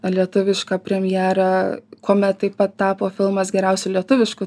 lietuvišką premjerą kuomet taip pat tapo filmas geriausiu lietuvišku